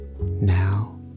Now